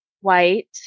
white